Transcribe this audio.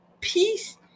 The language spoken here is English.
peace